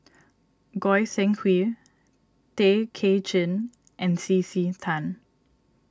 Goi Seng Hui Tay Kay Chin and C C Tan